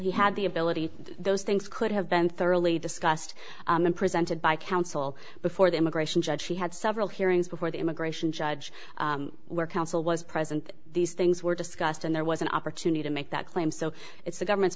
he had the ability those things could have been thoroughly discussed and presented by counsel before the immigration judge he had several hearings before the immigration judge where counsel was present these things were discussed and there was an opportunity to make that claim so it's the government's